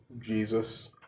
Jesus